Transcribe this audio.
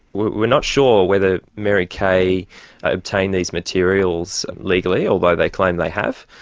we're not sure whether mary kay obtained these materials legally, although they claim they have,